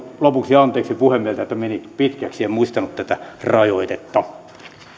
lopuksi anteeksi puhemieheltä että meni pitkäksi en muistanut tätä rajoitetta